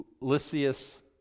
Lysias